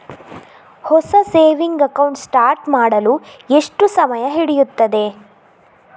ಹೊಸ saving account start ಮಾಡಲು ಎಷ್ಟು ಸಮಯ ಹಿಡಿಯುತ್ತದೆ?